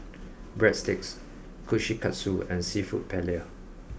Breadsticks Kushikatsu and seafood Paella